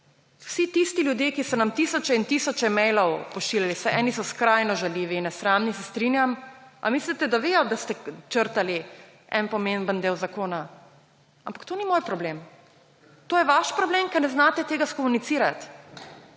Vsi tisti ljudje, ki so nam tisoče in tisoče mailov pošiljali, saj eni so skrajno žaljivi in nesramni, se strinjam, a mislite, da vejo, da ste črtali en pomemben del zakona? Ampak to ni moj problem, to je vaš problem, ker ne znate tega skomunicirat